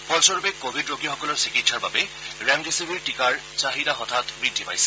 ফলস্বৰূপে কভিড ৰোগীসকলৰ চিকিৎসাৰ বাবে ৰেমডিচিৱিৰ টিকাৰ চাহিদা হঠাৎ বৃদ্ধি পাইছে